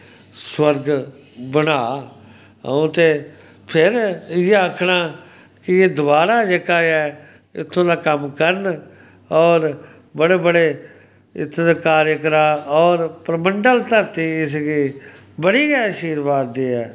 स्वर्ग बना अऊं ते फिर इयै आक्खना कि एह् दवारा जेह्का ऐ एह् इत्थूं दा कम्म करन और बड़े बड़े इत्थूं दे कार्य करा और परमंडल धरती इसगी बड़ी गै आशीरबाद देऐ